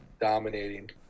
dominating